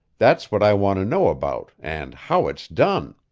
that's what i want to know about and how it's done.